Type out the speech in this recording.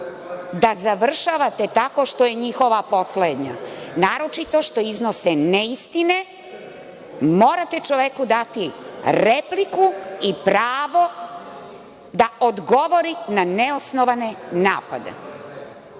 da završavate tako što je njihova poslednja. Naročito što iznose neistine. Morate čoveku dati repliku i pravo da odgovori na neosnovane napade. Nema